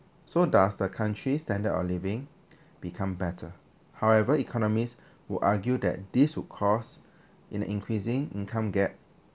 so does the country's standard of living becomes better however economists will argue that this would cause in the increasing income gap